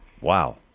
Wow